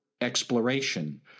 exploration